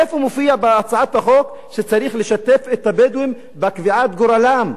איפה מופיע בהצעת החוק שצריך לשתף את הבדואים בקביעת גורלם?